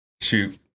Shoot